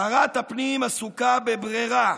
שרת הפנים עסוקה בברירה: